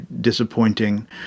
disappointing